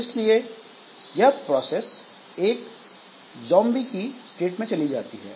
इसलिए यह प्रोसेस एक जोंबी स्टेट में चली जाती है